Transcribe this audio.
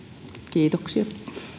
kiitoksia